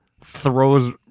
throws